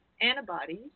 antibodies